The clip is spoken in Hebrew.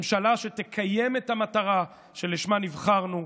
ממשלה שתקיים את המטרה שלשמה נבחרנו,